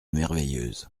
merveilleuse